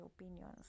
opinions